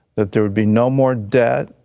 that there would be no more debt.